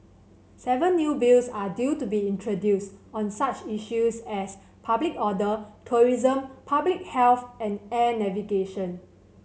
seven new Bills are due to be introduced on such issues as public order tourism public health and air navigation